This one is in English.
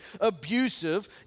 abusive